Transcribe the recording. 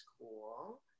cool